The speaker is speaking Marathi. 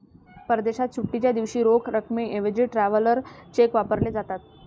परदेशात सुट्टीच्या दिवशी रोख रकमेऐवजी ट्रॅव्हलर चेक वापरले जातात